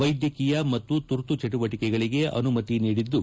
ವೈದ್ಯಕೀಯ ಮತ್ತು ತುರ್ತು ಚಟುವಟಕೆಗಳಗೆ ಅನುಮತಿ ನೀಡಿದ್ದು